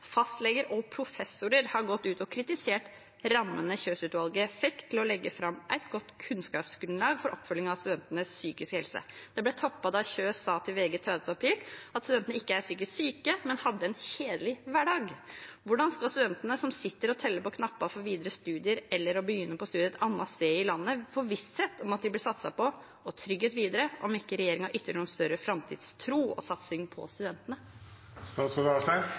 fastleger og professorer har gått ut og kritisert rammene Kjøs-utvalget fikk til å legge fram et godt kunnskapsgrunnlag for oppfølging av studentenes psykiske helse. Det ble toppet da Kjøs sa til VG 30. april at studentene ikke er psykisk syke, men har en kjedelig hverdag. Hvordan skal studenter som sitter og teller på knappene for videre studier eller å begynne på studier et annet sted i landet, få visshet om at de blir satset på og gitt trygghet videre, om ikke regjeringen ytrer noen større framtidstro og satsing på